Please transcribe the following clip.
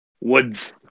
Woods